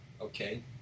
okay